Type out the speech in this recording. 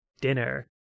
dinner